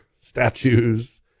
statues